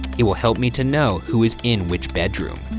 it will help me to know who is in which bedroom.